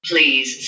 Please